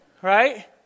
right